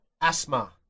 asthma